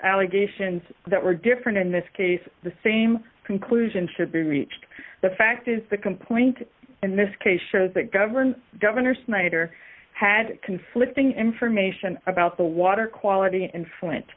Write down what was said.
allegations that were different in this case the same conclusion should be reached the fact is the complaint in this case shows that govern governor snyder had conflicting information about the water quality infl